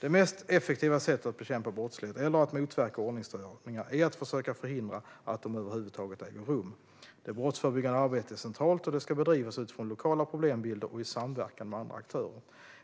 Det mest effektiva sättet att bekämpa brottslighet eller att motverka ordningsstörningar är att försöka förhindra att de över huvud taget äger rum. Det brottsförebyggande arbetet är centralt, och det ska bedrivas utifrån lokala problembilder och i samverkan med andra aktörer.